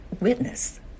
witness